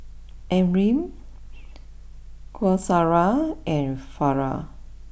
Amrin Qaisara and Farah